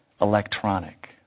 Electronic